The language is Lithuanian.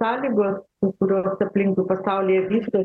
sąlygos kurios aplinkui pasaulyje vykdo